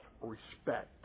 respect